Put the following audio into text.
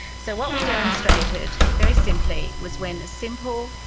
so what we demonstrated very simply was when a simple,